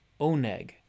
oneg